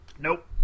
Nope